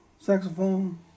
saxophone